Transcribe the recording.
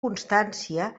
constància